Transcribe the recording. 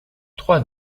trois